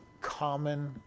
common